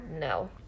no